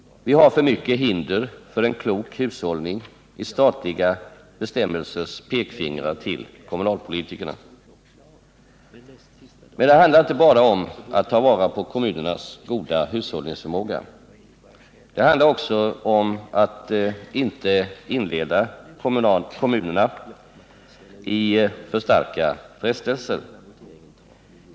Vi har för mycket hinder för en klok hushållning i statliga bestämmelsers pekfingrar till kommunalpolitikerna. Men det handlar inte bara om att ta vara på kommunernas goda hushållningsförmåga. Det handlar också om att inte inleda kommunerna i för starka frestelser.